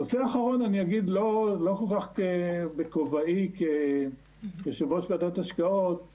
נושא נוסף אני אגיד לא כל כך בכובעי כיושב ראש ועדת השקעות,